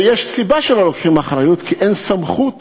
ויש סיבה שלא לוקחים אחריות, כי אין סמכות.